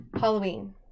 Halloween